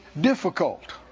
difficult